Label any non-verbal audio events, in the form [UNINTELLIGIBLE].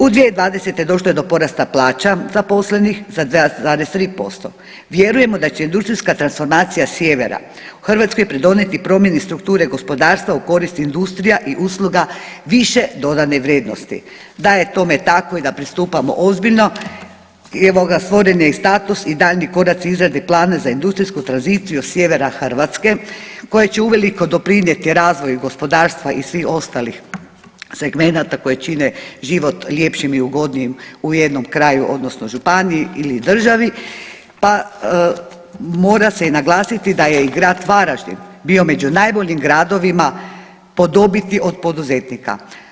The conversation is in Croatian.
U 2020. došlo je do porasta plaća zaposlenih, za … [UNINTELLIGIBLE] Vjerujemo da će industrijska transformacija sjevera Hrvatskoj pridonijeti promjeni strukture gospodarstva u korist industrija i usluga više dodane vrijednosti, da je to tome tako i pristupamo ozbiljno, stvoren je i status i daljnji koraci izrade plana za industrijsku tranziciju sjevera Hrvatske koja će uveliko doprinijeti razvoju gospodarstva i svih ostalih segmenata koje čine život ljepšim i ugodnijim u jednom kraju odnosno županiji ili državi, pa mora se naglasiti da je i grad Varaždin bio među najboljim gradovima po dobiti od poduzetnika.